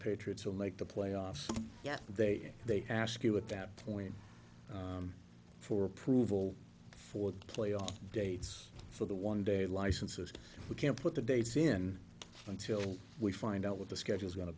patriots will make the playoffs yet they they ask you at that point for approval for the playoff dates for the one day license or we can put the dates in until we find out what the schedule is going to